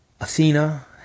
Athena